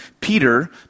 peter